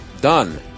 done